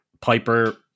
piper